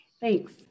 Thanks